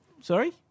Sorry